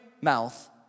mouth